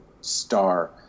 star